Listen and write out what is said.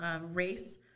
Race